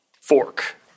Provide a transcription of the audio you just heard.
fork